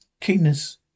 Keenness